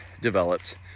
developed